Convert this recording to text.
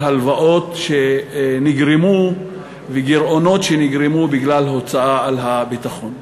הלוואות שנגרמו וגירעונות שנגרמו בגלל הוצאה על הביטחון.